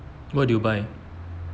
what did you buy